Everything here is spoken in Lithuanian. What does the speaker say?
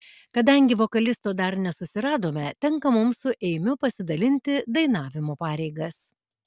kadangi vokalisto dar nesusiradome tenka mums su eimiu pasidalinti dainavimo pareigas